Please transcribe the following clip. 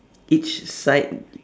each side